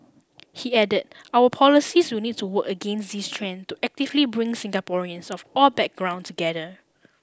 he added our policies will need to work against this trend to actively bring Singaporeans of all background together